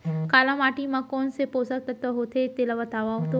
काली माटी म कोन से पोसक तत्व होथे तेला बताओ तो?